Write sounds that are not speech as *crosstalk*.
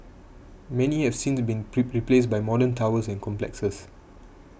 many have since been *unintelligible* placed by modern towers and complexes